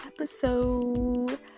episode